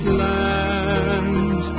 land